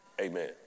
Amen